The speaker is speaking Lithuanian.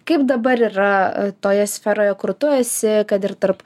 kaip dabar yra toje sferoje kur tu esi kad ir tarp